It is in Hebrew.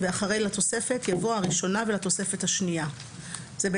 ואחרי "לתוספת" יבוא "הראשונה ולתוספת השנייה"; זהו,